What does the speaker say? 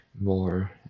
more